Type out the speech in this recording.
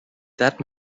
that